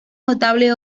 notable